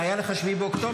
שהיה לך 7 באוקטובר?